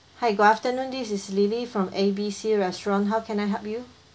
hi good afternoon this is lily from A B C restaurant how can I help you